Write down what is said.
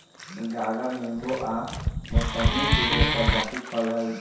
गागर नेबो आ मौसमिके एगो प्रजाति फल हइ